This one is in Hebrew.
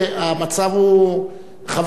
חברים,